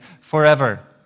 forever